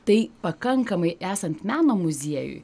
tai pakankamai esant meno muziejui